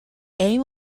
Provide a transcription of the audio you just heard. aim